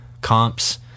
comps